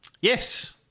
Yes